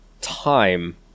time